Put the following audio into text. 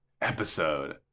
Episode